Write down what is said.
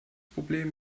problem